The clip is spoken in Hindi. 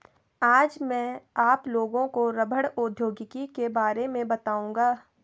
आज मैं आप लोगों को रबड़ प्रौद्योगिकी के बारे में बताउंगा